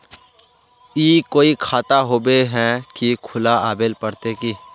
ई कोई खाता होबे है की खुला आबेल पड़ते की?